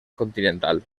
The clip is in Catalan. continental